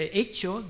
hecho